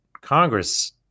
Congress